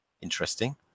Interesting